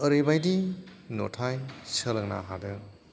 ओरैबायदि नुथाय सोलोंनो हादों